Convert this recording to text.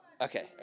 Okay